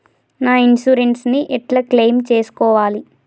నా ఇన్సూరెన్స్ ని ఎట్ల క్లెయిమ్ చేస్కోవాలి?